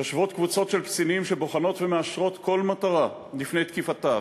יושבות קבוצות של קצינים שבוחנות ומאשרות כל מטרה לפני תקיפתה,